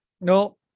No